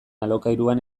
alokairuan